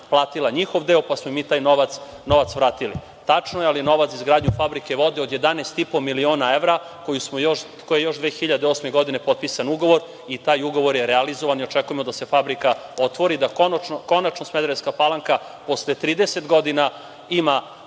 platila njihov deo, pa smo mi taj novac vratili. Tačno je, ali je novac za izgradnju fabrike vode od 11,5 miliona evra koji je još 2008. godine potpisan ugovor i taj ugovor je realizovan i očekujemo da se fabrika otvori, da konačno Smederevska Palanka posle 30 godina ima